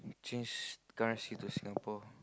change currency to Singapore